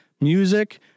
music